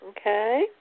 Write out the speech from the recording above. Okay